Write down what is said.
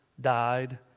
died